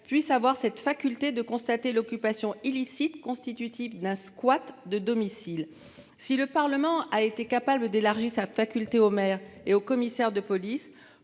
puisse avoir cette faculté de constater l'occupation illicite constitutif d'un squat de domicile. Si le Parlement a été capable d'élargit sa faculté aux maires et au commissaire de police